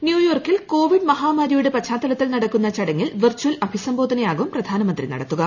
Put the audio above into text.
ന്യൂയോർക്കിൽ കോവിഡ് മഹാമാരിയുടെ പശ്ചാത്തലത്തിൽ നടക്കുന്ന ചടങ്ങിൽ വിർചൽ അഭിസംബോധനയാവും പ്രധാനമന്ത്രി നടത്തുക